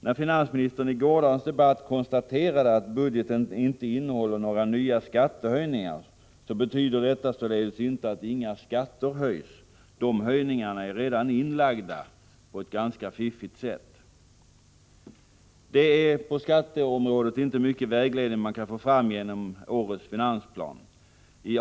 När finansministern i gårdagens debatt konstaterade att budgeten inte innehåller några nya skattehöjningar, betyder detta således inte att inga skatter höjs. De höjningarna är redan inlagda på ett ganska fiffigt sätt. På skatteområdet får man inte mycket vägledning genom årets finansplan.